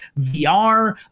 vr